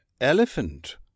elephant